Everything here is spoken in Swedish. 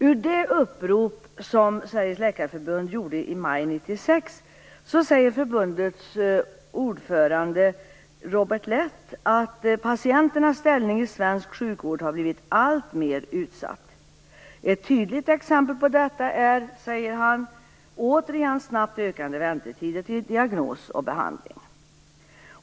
I det upprop som Sveriges läkarförbund gjorde i maj 1996, sade förbundets ordförande Robert Leth att patienternas ställning i svensk sjukvård har blivit alltmer utsatt. Ett tydligt exempel på detta är, säger han, återigen snabbt ökande väntetider för diagnos och behandling.